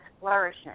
flourishing